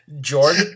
George